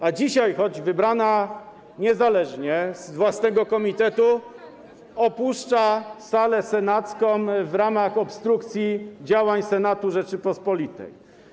a dzisiaj, choć wybrana niezależnie, z własnego komitetu, opuszcza salę senacką w ramach obstrukcji działań Senatu Rzeczypospolitej?